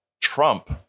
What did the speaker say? Trump